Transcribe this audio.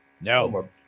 No